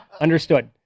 Understood